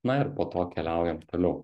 na ir po to keliaujam toliau